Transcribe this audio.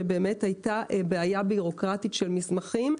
שבאמת הייתה בעיה בירוקרטית של מסמכים,